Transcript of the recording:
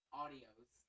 audios